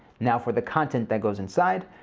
now for the content that goes inside.